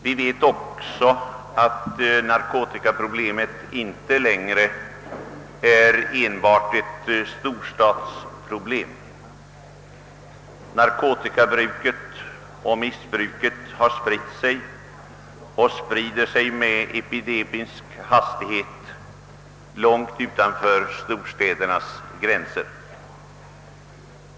Vi vet också att det inte längre är enbart ett storstadsproblem. Bruket och missbruket av narkotika sprider sig med epidemisk hastighet långt utanför storstädernas gränser.